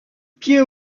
pied